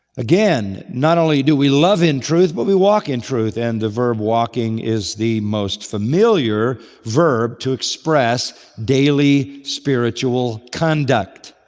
again, not only do we love in truth but we walk in truth and the verb walking is the most familiar verb to express daily spiritual conduct.